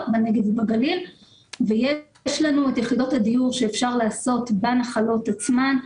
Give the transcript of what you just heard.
בנגב ובגליל ויש לנו את יחידות הדיור שאפשר לעשות בנחלות עצמן.